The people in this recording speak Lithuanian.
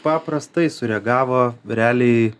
paprastai sureagavo realiai